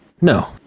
No